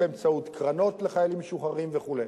באמצעות קרנות לחיילים משוחררים וכו'.